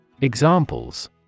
Examples